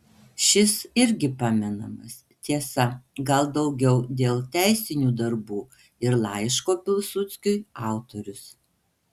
šis irgi pamenamas tiesa gal daugiau dėl teisinių darbų ir laiško pilsudskiui autorius